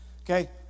okay